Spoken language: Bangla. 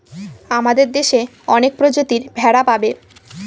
আমাদের দেশে অনেক প্রজাতির ভেড়া পাবে